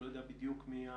אני מתחיל מסוגית הסמכויות